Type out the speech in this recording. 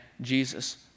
Jesus